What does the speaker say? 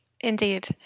Indeed